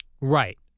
Right